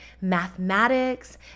mathematics